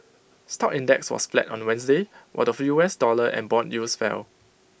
stock index was flat on Wednesday while the U S dollar and Bond yields fell